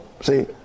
See